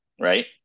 right